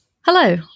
Hello